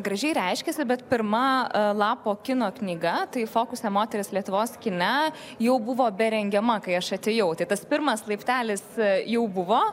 gražiai reiškiasi bet pirma lapo kino knyga tai fokuse moteris lietuvos kine jau buvo be rengiama kai aš atėjau tai tas pirmas laiptelis jau buvo